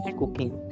cooking